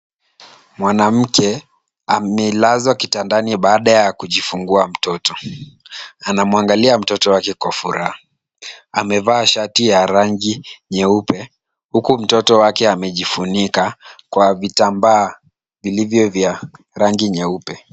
Mwanamke amelazwa kitandani baada ya kujifungua mtoto. Anamwangalia mtoto wake kwa furaha. Amevaa shati ya rangi nyeupe huku mtoto wake amejifunika kwa vitambaa vilivyo vya rangi nyeupe.